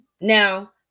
Now